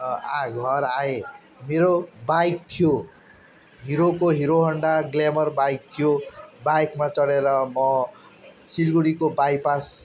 आ घर आएँ मेरो बाइक थियो हिरोको हिरो होन्डा ग्लेमर बाइक थियो बाइकमा चढेर म सिलगडीको बाइ पास